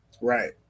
right